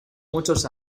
muchos